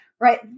right